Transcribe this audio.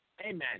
Amen